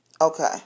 Okay